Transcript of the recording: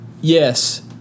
Yes